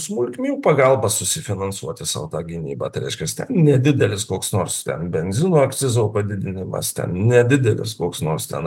smulkmių pagalba susifinansuoti savo tą gynybą tai reiškias ten nedidelis koks nors ten benzino akcizo padidinimas ten nedidelis koks nors ten